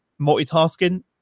multitasking